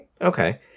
okay